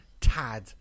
Tad